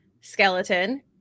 skeleton